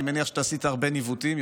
אני מניח שאתה עשית הרבה ניווטים,